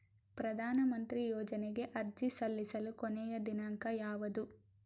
ಪ್ರಧಾನ ಮಂತ್ರಿ ಯೋಜನೆಗೆ ಅರ್ಜಿ ಸಲ್ಲಿಸಲು ಕೊನೆಯ ದಿನಾಂಕ ಯಾವದು?